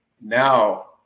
Now